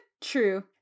True